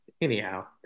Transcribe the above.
Anyhow